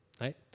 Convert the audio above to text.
right